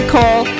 Cole